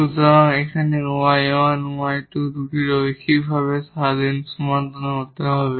সুতরাং এখানে 𝑦1 𝑦2 দুটি লিনিয়ারভাবে ইন্ডিপেন্ডেট সমাধান হতে হবে